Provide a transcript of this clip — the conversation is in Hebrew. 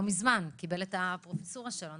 לא מזמן הוא קיבל את הפרופסורה שלו.